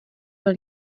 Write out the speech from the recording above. byl